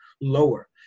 lower